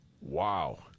Wow